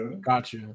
gotcha